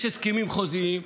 יש הסכמים חוזיים,